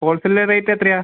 wholesale rate എത്രയാണ്